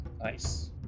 Nice